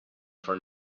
for